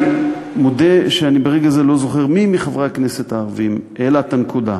אני מודה שאני ברגע הזה לא זוכר מי מחברי הכנסת הערבים העלה את הנקודה,